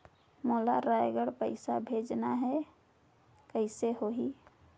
मोला रायगढ़ पइसा भेजना हैं, कइसे होही?